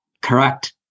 correct